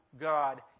God